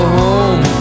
home